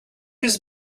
his